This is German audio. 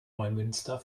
neumünster